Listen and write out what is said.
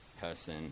person